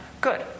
Good